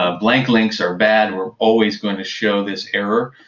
ah blank links are bad. we're always going to show this error.